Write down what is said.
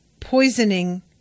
poisoning